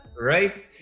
right